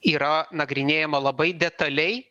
yra nagrinėjama labai detaliai